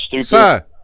sir